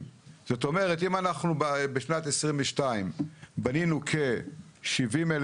שדרכה הם יוכלו באוצר לעשות עוד